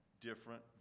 different